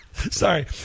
Sorry